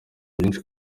byinshi